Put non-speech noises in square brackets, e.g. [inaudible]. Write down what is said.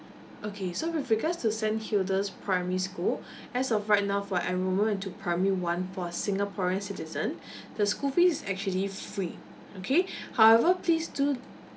okay so with regards to saint hilda's primary school [breath] as of right now for enrollment into primary one for singaporean citizen [breath] the school fee is actually free okay [breath] however please do